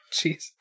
jeez